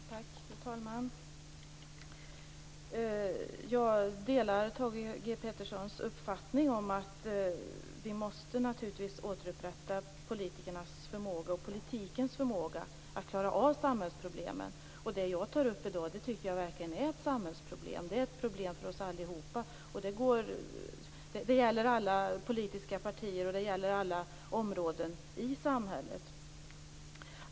Fru talman! Jag delar Thage G Petersons uppfattning om att vi måste återupprätta politikernas förmåga och politikens förmåga att klara av samhällsproblemen. Den fråga jag har tagit upp i dag är ett samhällsproblem. Det är ett problem för oss alla. Det gäller alla politiska partier, och det gäller alla områden i samhället.